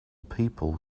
people